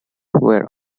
where